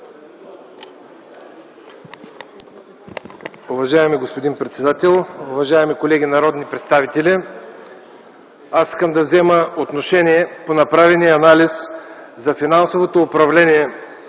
Уважаеми господин председател, уважаеми колеги народни представители! Аз искам да взема отношение по направения анализ за финансовото управление